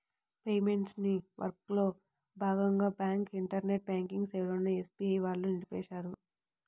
maintenance వర్క్లో భాగంగా bank internet banking సేవలను ఎస్బీఐ వాళ్ళు నిలిపేశారు